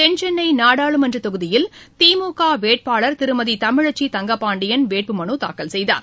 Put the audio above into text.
தென்சென்னநாடாளுமன்றத் தொகுதியில் திமுகவேட்பாளர் திருமதிதமிழச்சிதங்கபாண்டியன் வேட்புமனுத் தாக்கல் செய்தார்